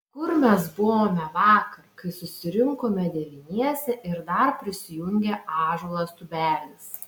kur mes buvome vakar kai susirinkome devyniese ir dar prisijungė ąžuolas tubelis